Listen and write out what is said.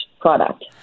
product